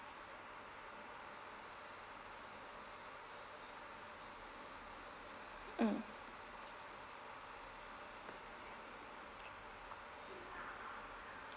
mm